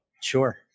sure